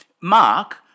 Mark